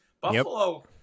Buffalo